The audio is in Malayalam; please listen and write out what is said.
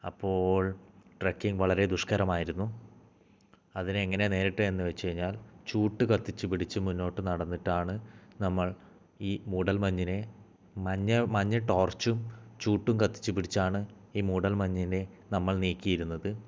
അപ്പോൾ ട്രെക്കിംഗ് വളരെ ദുഷ്കരമായിരുന്നു അതിനെ എങ്ങനെ നേരിട്ട് എന്നു വെച്ച് കഴിഞ്ഞാൽ ചൂട്ട് കത്തിച്ച് പിടിച്ച് മുന്നോട്ട് നടന്നിട്ടാണ് നമ്മൾ ഈ മൂടൽ മഞ്ഞിനെ മഞ്ഞ് മഞ്ഞ ടോർച്ചും ചൂട്ടും കത്തിച്ച് പിടിച്ചാണ് ഈ മൂടൽ മഞ്ഞിനെ നമ്മൾ നീക്കിയിരുന്നത്